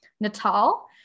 Natal